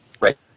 Right